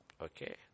Okay